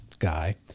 guy